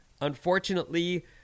Unfortunately